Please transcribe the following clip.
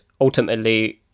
ultimately